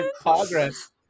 Progress